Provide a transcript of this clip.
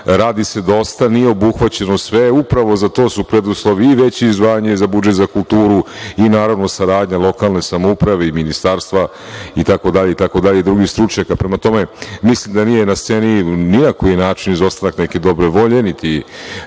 se dosta. Nije obuhvaćeno sve. Upravo za to su preduslovi i veća izdvajanja za budžet za kulturu i, naravno, saradnja lokalne samouprave i Ministarstva, itd. i drugih stručnjaka. Prema tome, mislim da nije na sceni ni na koji način izostanak neke dobre volje, niti